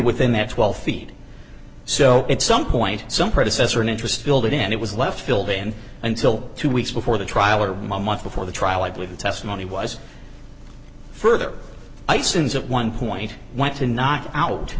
within that twelve feet so it's some point some predecessor in interest filled it in and it was left filled in until two weeks before the trial or my month before the trial i believe the testimony was further i since at one point went to knock out